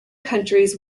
countries